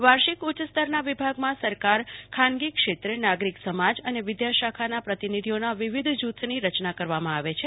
વાર્ષિક ઉચ્ચ સ્તરના વિભાગમાં સરકારખાનગી ક્ષેત્રનાગરિક સમાજ અને વિધાશાખાના પ્રતિનિધિઓના વિવિધ જુથની રચના કરવામાં આવે છે